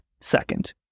second